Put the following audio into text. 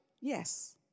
yes